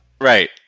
Right